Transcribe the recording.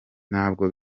ntabwo